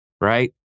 right